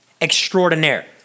extraordinaire